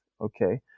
Okay